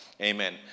amen